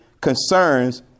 concerns